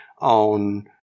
on